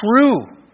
true